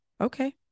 Okay